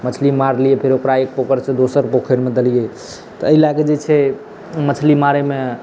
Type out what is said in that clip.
मछली मारलिए फेर ओकरा एक पोखरिसँ दोसर पोखरिमे देलिए तऽ एहि लऽ कऽ जे छै मछली मारैमे